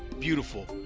beautiful.